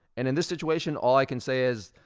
and in this situation, all i can say is,